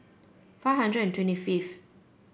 five hundred and twenty fifth